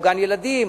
או גן-ילדים,